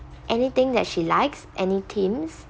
anything that she likes any themes